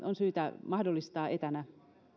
on syytä mahdollistaa etänä